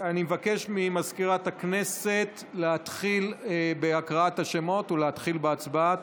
אני מבקש ממזכירת הכנסת להתחיל בהקראת השמות ולהתחיל בהצבעה.